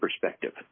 perspective